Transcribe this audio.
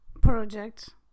project